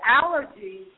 allergies